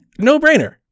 no-brainer